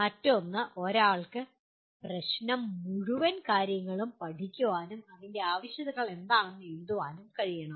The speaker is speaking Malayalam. മറ്റൊന്ന് ഒരാൾക്ക് പ്രശ്നം മുഴുവൻ പഠിക്കാനും അതിന്റെ ആവശ്യകതകൾ എന്താണെന്ന് എഴുതാനും കഴിയും